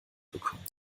bekommen